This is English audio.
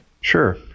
Sure